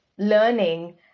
learning